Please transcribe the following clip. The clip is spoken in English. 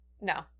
No